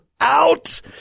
out